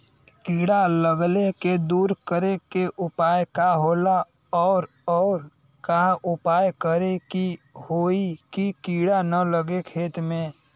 कीड़ा लगले के दूर करे के उपाय का होला और और का उपाय करें कि होयी की कीड़ा न लगे खेत मे?